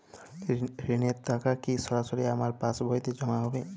ঋণের টাকা কি সরাসরি আমার পাসবইতে জমা হবে?